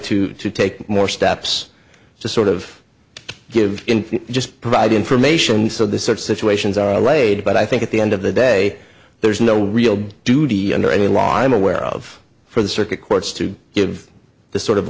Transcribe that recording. to to take more steps to sort of give in just provide information so that such situations are laid but i think at the end of the day there's no real duty under any law i'm aware of for the circuit courts to give the sort of